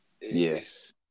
yes